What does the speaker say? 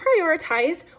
prioritize